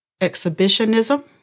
exhibitionism